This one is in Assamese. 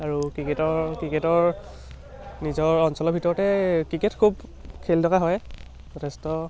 আৰু ক্ৰিকেটৰ ক্ৰিকেটৰ নিজৰ অঞ্চলৰ ভিতৰতে ক্ৰিকেট খুব খেলি থকা হয় যথেষ্ট